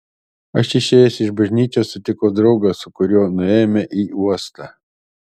aš išėjęs iš bažnyčios sutikau draugą su kuriuo nuėjome į uostą